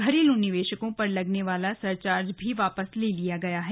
घरेलू निवेशकों पर लगने वाला सरचार्ज भी वापस ले लिया गया है